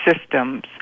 systems